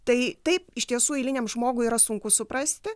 tai taip iš tiesų eiliniam žmogui yra sunku suprasti